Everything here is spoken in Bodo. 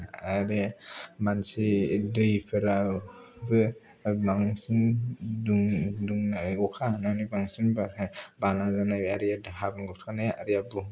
आरो बे मानसि दैफोराबो ओ माबासिम दुंनाय अखा हानानै बांसिन बाना जानाय आरिया बुहुम